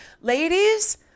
Ladies